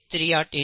தெரியட் J